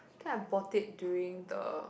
think I bought it during the